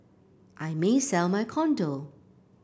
I may sell my condo